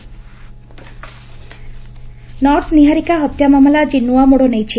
ନସଁ ହତ୍ୟାକାଣ୍ଡ ନର୍ସ ନିହାରିକା ହତ୍ୟା ମାମଲା ଆଜି ନୂଆ ମୋଡ଼ ନେଇଛି